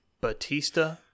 Batista